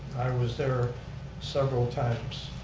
i was there several times.